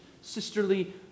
Sisterly